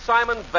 Simon